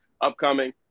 upcoming